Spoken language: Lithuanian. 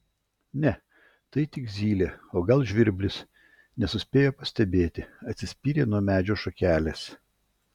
ne tai tik zylė o gal žvirblis nesuspėjo pastebėti atsispyrė nuo medžio šakelės